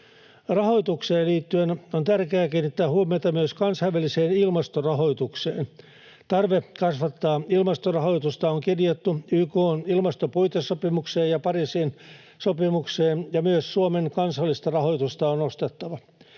Rahoitukseen liittyen on tärkeää kiinnittää huomiota myös kansainväliseen ilmastorahoitukseen. Tarve kasvattaa ilmastorahoitusta on kirjattu YK:n ilmastopuitesopimukseen ja Pariisin sopimukseen, ja myös Suomen kansallista rahoitusta on nostettava.